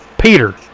Peter